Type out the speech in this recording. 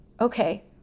Okay